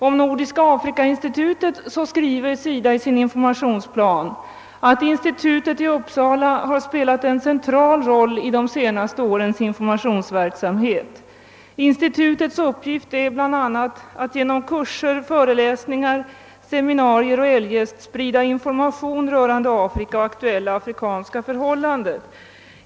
Om Nordiska afrikainstitutet skriver SIDA i sin informationsplan att institutet i Uppsala »har spelat en central roll i de senaste årens informationsverksamhet. Institutets uppgift är bl.a. att ”genom kurser, föreläsningar, seminarier och eljest sprida information rörande Afrika och aktuella afrikanska förhållanden”.